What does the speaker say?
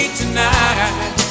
tonight